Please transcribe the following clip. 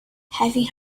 having